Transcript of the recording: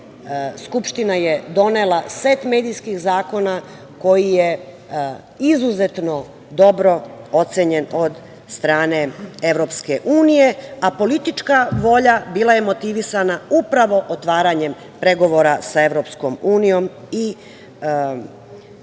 Skupština je donela set medijskih zakona koji je izuzetno dobro ocenjen od strane EU, a politička volja bila je motivisana upravo otvaranjem pregovora sa EU i članstvom